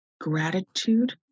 gratitude